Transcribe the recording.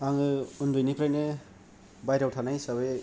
आङो उन्दैनिफ्राइनो बायह्रायाव थानाय हिसाबै